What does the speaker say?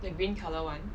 the green colour [one]